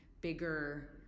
bigger